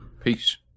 Peace